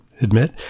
admit